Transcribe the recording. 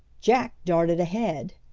jack darted ahead!